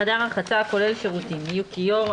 בחדר רחצה הכולל שירותים יהיו כיור,